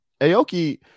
Aoki